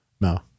no